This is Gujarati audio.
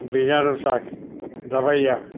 ભીંડાનું શાક રવૈયા